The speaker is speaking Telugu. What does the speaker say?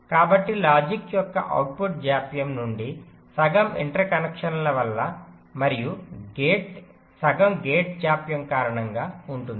కాబట్టి లాజిక్ యొక్క అవుట్పుట్ జాప్యం నుండి సగం ఇంటర్ కనెక్షన్ల వల్ల మరియు సగం గేట్ జాప్యం కారణంగా ఉంటుంది